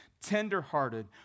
tenderhearted